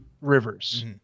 Rivers